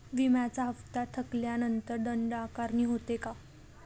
विम्याचा हफ्ता थकल्यानंतर दंड आकारणी होते का?